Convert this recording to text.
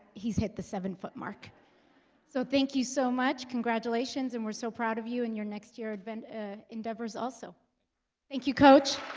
he's hit the seven-foot mark so thank you so much. congratulations, and we're so proud of you and your next year ah endeavors. also thank you coach